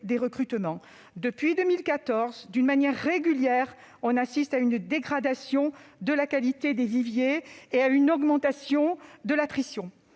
des recrutements. Depuis 2014, on assiste de manière régulière à une dégradation de la qualité des viviers et à une augmentation de l'attrition.